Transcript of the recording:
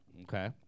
Okay